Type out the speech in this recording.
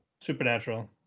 Supernatural